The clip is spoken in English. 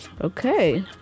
Okay